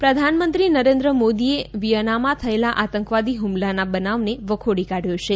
Vienna attack પ્રધાનમંત્રી નરેન્દ્ર મોદીએ વિયનામાં થયેલા આતંકવાદી હુમલાના બનાવને વખોડી કાઢથો છે